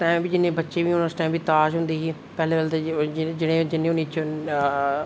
ते भी जेल्लै बच्चे होन ते ताश होंदी ही पैह्लें पैह्लें जिन्ने बी